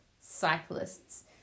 cyclists